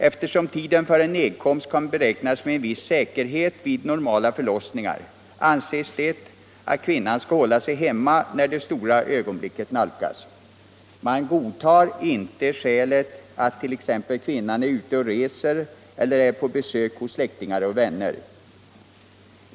Eftersom tiden för en nedkomst kan beräknas med viss säkerhet vid normala förlossningar anses det att kvinnan skall hålla sig hemma när det stora ögonblicket nalkas. Man godtar inte skälet att kvinnan 1. ex. är ute och reser eller är på besök hos släktingar eller vänner.